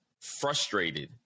frustrated